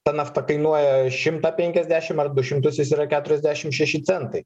ta nafta kainuoja šimtą penkiasdešim ar du šimtus jis yra keturiasdešim šeši centai